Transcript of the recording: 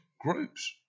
groups